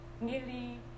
nearly